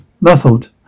muffled